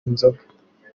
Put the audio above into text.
inzoga